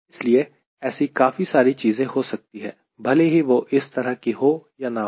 इसलिए ऐसी काफी सारी चीजें हो सकती है भले ही वह इस तरह की हो या ना हो